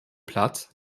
plath